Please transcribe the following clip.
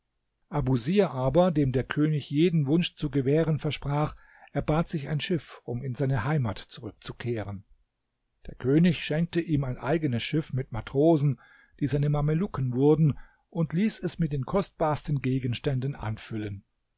abusir aber dem der könig jeden wunsch zu gewähren versprach erbat sich ein schiff um in seine heimat zurückzukehren der könig schenkte ihm ein eigenes schiff mit matrosen die seine mamelucken wurden und ließ es mit den kostbarsten gegenständen anfüllen